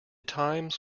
times